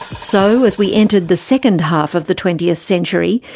so, as we entered the second half of the twentieth century,